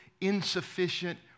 insufficient